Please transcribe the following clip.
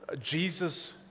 Jesus